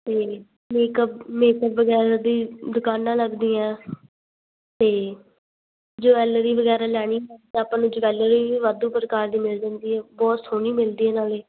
ਅਤੇ makeup makeup ਵਗੈਰਾ ਦੀ ਦੁਕਾਨਾਂ ਲੱਗਦੀਆਂ ਅਤੇ ਜਵੈਲਰੀ ਵਗੈਰਾ ਲੈਣੀ ਆ ਤਾਂ ਆਪਾਂ ਨੂੰ ਵਾਧੂ ਪ੍ਰਕਾਰ ਦੀ ਮਿਲ ਜਾਂਦੀ ਬਹੁਤ ਸੋਹਣੀ ਮਿਲਦੀ ਹੈ ਨਾਲੇ